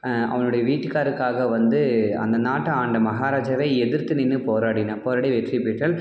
அவளுடைய வீட்டுக்காரருக்காக வந்து அந்த நாட்டை ஆண்ட மகாராஜாவையே எதிர்த்து நின்று போராடினாள் போராடி வெற்றி பெற்றாள்